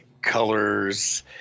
colors